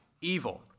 evil